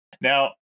Now